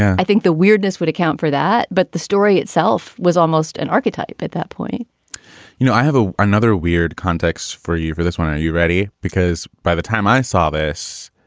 i think the weirdness would account for that. but the story itself was almost an archetype at that point you know, i have ah another weird context for you for this one. you ready? because by the time i saw this,